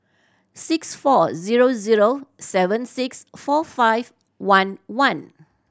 six four zero zero seven six four five one one